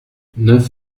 neuf